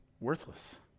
worthless